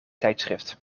tijdschrift